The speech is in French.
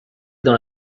dans